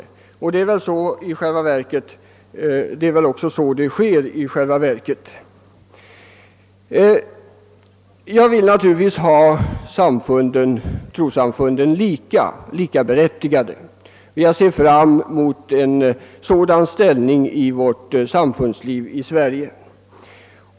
I själva verket ordnar man det så, att man går till en präst som inte har den inställningen. Jag vill naturligtvis att trossamfunden skall bli likaberättigade. Jag ser fram mot en sådan ordning i vårt samfundsliv i Sverige.